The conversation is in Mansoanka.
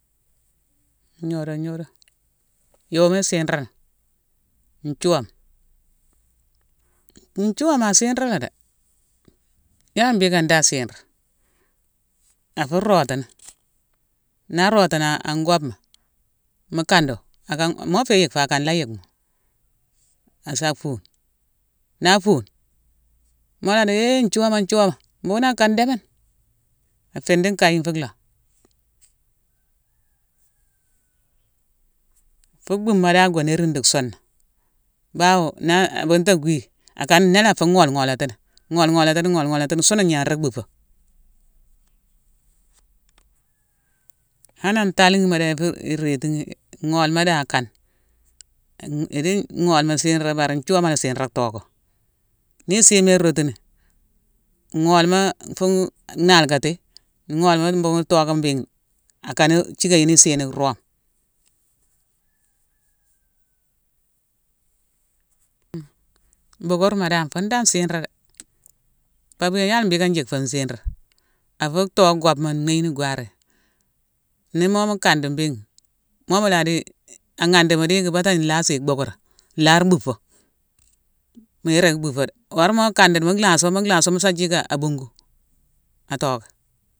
Gnodone-gnodone, yoo ma isirani: nthiowama: nthiowama asiralé dé. Yala mbhiické ndi asiré, afu rotini. Na rotini an-an gobma. Mu kando, akane-mo fé yick akane la yick mo, assa fune; na fune, maladi hé-hé nthiowama-nthiowama mbhuughune akane déméne; afiidi nkayine fu lakh.fu buhuma dane goo nérine di soonna. Bao na-a abunta gwii, akane néla fu ghol-ghola tini ghol-ghola tini ghol-ghola tini, soonna gnaringui buhufo. hanan ntaliyima ifu- yi rétighi, ngholma da akane. An-idi ngholma siré bari nthiowama la siré tocko. Ni nsima rotini, gholma-a fun nalkati, gholma mbuwughune tocka mbéghine, akane thické yuni nsiyune rome. beukkeurma dan, fundane sira dé. Papia yala mbhické nthick fu nsirima: affu too gobma nné yine kwaré. Ni mo mu kandi mbéghine, mo mula di-i-i, aghandi, mu diki baté nlaasi ya beukkeura, la-ar buffo, méringui buffo dé. Worama mo kandini, mu laaso-mu laaso, musa thick abungu, atocké